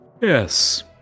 Yes